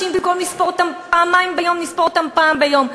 במקום לספור אותם פעמיים ביום נספור אותם פעם ביום.